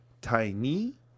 tiny